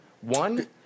One